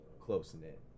close-knit